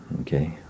Okay